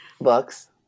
Books